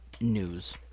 news